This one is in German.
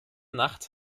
nacht